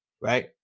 right